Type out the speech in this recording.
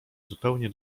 zupełnie